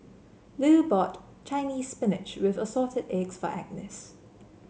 Lu bought Chinese Spinach with Assorted Eggs for Agnes